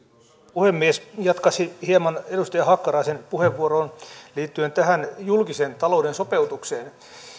puhemies jatkaisin hieman edustaja hakkaraisen puheenvuoroon liittyen tähän julkisen talouden sopeutukseen